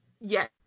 Yes